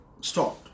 stopped